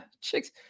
chicks